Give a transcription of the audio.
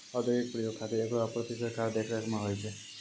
औद्योगिक प्रयोग खातिर एकरो आपूर्ति सरकारी देखरेख म होय छै